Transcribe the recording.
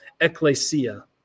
ecclesia